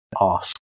ask